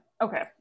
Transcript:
Okay